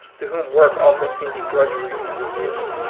to whom work often seems drudgery and routine.